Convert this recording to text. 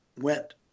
went